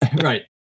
right